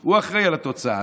הוא אחראי לתוצאה.